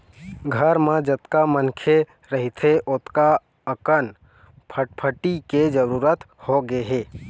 घर म जतका मनखे रहिथे ओतका अकन फटफटी के जरूरत होगे हे